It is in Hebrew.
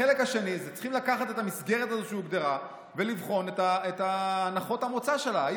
בחלק השני צריכים לקחת את המסגרת שהוגדרה ולבחון את הנחות המוצא שלה,